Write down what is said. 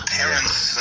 parents